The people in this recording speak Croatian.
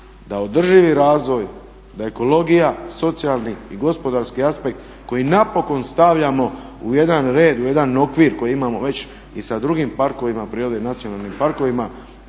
da održivi razvoj, ekologija, socijalni i gospodarski aspekt koji napokon stavljamo u jedan red, u jedan okvir koji imamo već i sa drugim parkovima prirode i nacionalnim parkovima